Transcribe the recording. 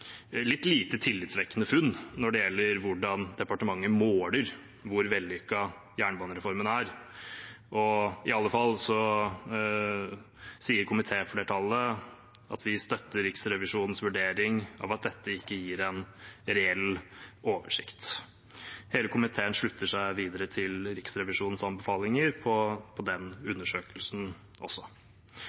litt lite tillitvekkende funn når det gjelder hvordan departementet måler hvor vellykket jernbanereformen er. I alle fall sier komitéflertallet at vi støtter Riksrevisjonens vurdering av at dette ikke gir en reell oversikt. Hele komiteen slutter seg videre til Riksrevisjonens anbefalinger i den undersøkelsen også.